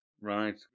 Right